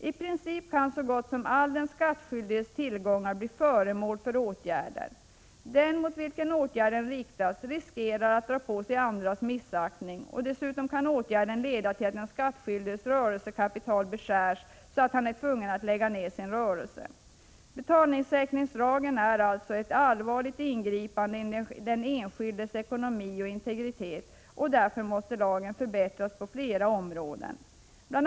I princip kan så gott som alla den skattskyldiges tillgångar bli föremål för åtgärder. Den mot vilken åtgärden riktas riskerar att dra på sig andras missaktning. Dessutom kan åtgärden leda till att den skattskyldiges rörelsekapital beskärs, så att han är tvungen att lägga ned sin rörelse. Betalningssäkring är alltså ett allvarligt ingripande i den enskildes ekonomi och integritet, och därför måste lagen förbättras på flera områden. Bl.